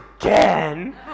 again